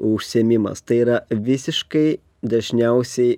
užsiėmimas tai yra visiškai dažniausiai